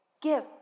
give